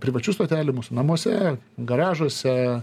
privačių stotelių mūsų namuose garažuose